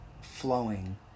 flowing